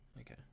okay